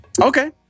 Okay